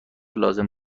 لازم